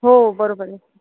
हो बरोबर आहे